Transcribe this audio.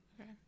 Okay